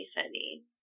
honey